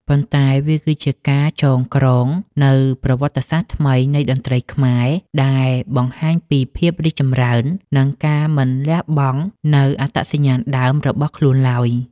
ប៉ុន្តែវាគឺជាការចងក្រងនូវប្រវត្តិសាស្ត្រថ្មីនៃតន្ត្រីខ្មែរ ដែលបង្ហាញពីភាពរីកចម្រើន និងការមិនលះបង់នូវអត្តសញ្ញាណដើមរបស់ខ្លួនឡើយ។